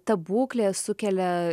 ta būklė sukelia